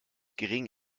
gering